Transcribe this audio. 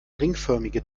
ringförmige